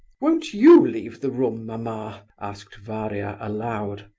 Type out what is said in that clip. won't you leave the room, mamma? asked varia, aloud.